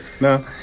no